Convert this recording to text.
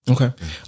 Okay